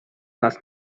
nas